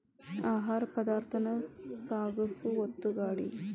ಆಹಾರ ಪದಾರ್ಥಾನ ಸಾಗಸು ಒತ್ತುಗಾಡಿ